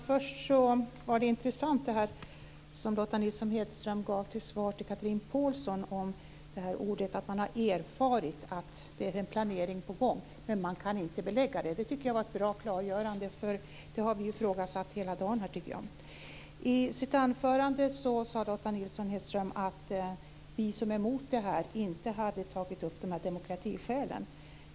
Fru talman! Det svar som Lotta Nilsson-Hedström gav till Chatrine Pålsson om att man har erfarit att det är en planering på gång men att man inte kan belägga det var intressant. Det var bra och klargörande. Detta har vi ju ifrågasatt hela dagen, tycker jag. I sitt anförande sade Lotta Nilsson-Hedström att vi som är emot detta inte hade tagit upp demokratiskälen.